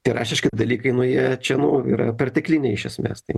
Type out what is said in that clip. tie raštiški dalykai nu jie čia nu yra pertekliniai iš esmės tai